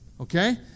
Okay